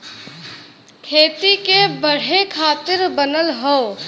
खेती के बढ़े खातिर बनल हौ